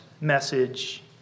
message